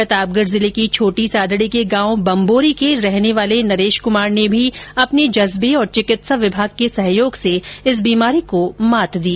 प्रतापगढ जिले की छोटी सादडी के गांव बम्बोरी के रहने वाले नरेश कुमार ने भी अपने जज्बे और चिकित्सा विभाग के सहयोग से इस बीमारी को मात दी